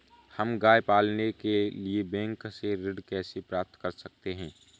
हम गाय पालने के लिए बैंक से ऋण कैसे प्राप्त कर सकते हैं?